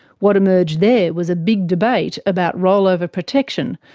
what emerged there was a big debate about rollover protection,